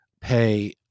pay